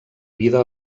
vida